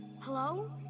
Hello